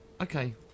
Okay